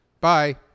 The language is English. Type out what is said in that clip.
Bye